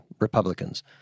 Republicans